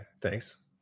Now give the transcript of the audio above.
thanks